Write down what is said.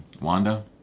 Wanda